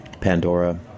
Pandora